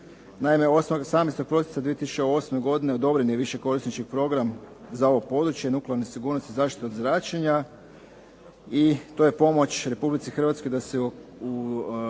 Naime, 18. prosinca 2008. godine odobren je višekorisnički program za ovo područje nuklearne sigurnosti i zaštite od zračenja i to je pomoć Republici Hrvatskoj da